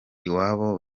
iwabo